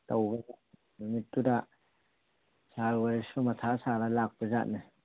ꯇꯧꯕꯖꯥꯠꯅꯤ ꯅꯨꯃꯤꯠꯇꯨꯗ ꯁꯥꯔ ꯋꯥꯔꯤꯁꯁꯨ ꯃꯊꯥ ꯁꯥꯔꯒ ꯂꯥꯛꯄꯖꯥꯠꯅꯤ